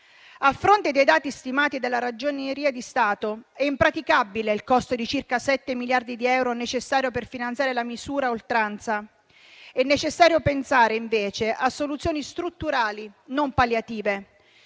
A fronte dei dati stimati della Ragioneria dello Stato, è impraticabile il costo di circa 7 miliardi di euro necessario per finanziare la misura a oltranza. È necessario pensare, invece, a soluzioni strutturali, non palliative.